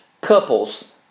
couples